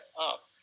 up